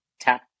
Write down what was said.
tap